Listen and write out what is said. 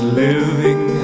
living